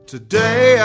Today